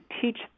teach